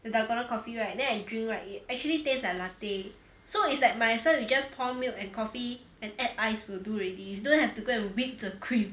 the dalgona coffee right then I drink right it actually taste like latte so it's like might as well you just pour milk and coffee and add ice will do already you don't have to go and whip the cream